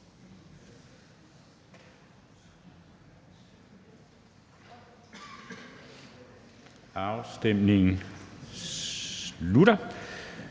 Afstemningen slutter.